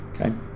okay